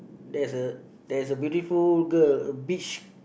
there's a there's a beautiful girl beach